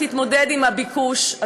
ההפללה שתתמודד עם הביקוש,